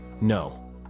No